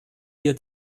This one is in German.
wir